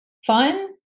Fun